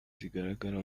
zigaragara